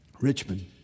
Richmond